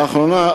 לאחרונה,